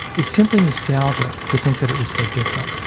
it's simply nostalgia to think that it was so different.